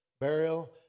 burial